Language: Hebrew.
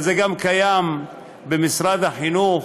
אבל זה גם קיים במשרד החינוך,